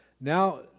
now